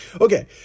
Okay